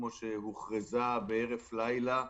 כמו שהוכרזה בהרף לילה,